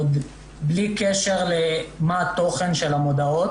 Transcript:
בלי קשר למה התוכן שלהן.